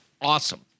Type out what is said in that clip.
awesome